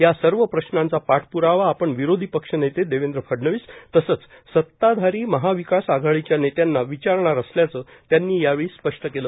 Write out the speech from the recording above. यासर्व प्रश्नांचा पाठप्रावा आपण विरोधी पक्ष नेते देवेंद्र फडणवीस तसेच सत्ताधारी महाविकास आघाडीच्या नेत्यांना विचारणार असल्याचे त्यांनी यावेळी स्पष्ट केलं